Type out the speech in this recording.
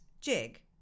Jig